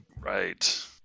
Right